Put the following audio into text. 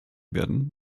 werden